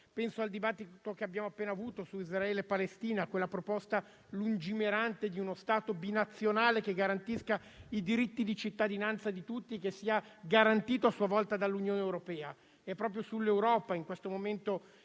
Penso al dibattito che abbiamo appena avuto su Israele e Palestina, a quella proposta lungimirante di uno Stato bi-nazionale che garantisca i diritti di cittadinanza di tutti e che sia garantito a sua volta dall'Unione europea. Proprio sull'Europa, in questo momento